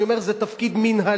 אני אומר שזה תפקיד מינהלי.